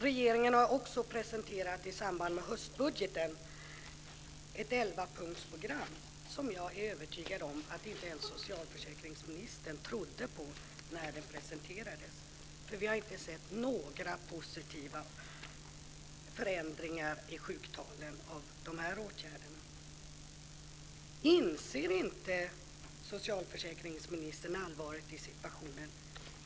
Regeringen har också i samband med höstbudgeten presenterat ett elvapunktsprogram. Jag är övertygad om att inte ens socialförsäkringsministern trodde på det när det presenterades. Vi har inte sett några positiva förändringar i sjuktalen av de här åtgärderna. Inser inte socialförsäkringsministern allvaret i situationen?